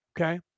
okay